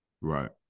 Right